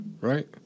right